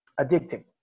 addictive